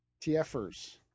TFers